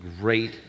great